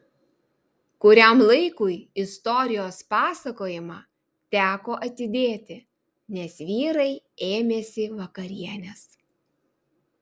kuriam laikui istorijos pasakojimą teko atidėti nes vyrai ėmėsi vakarienės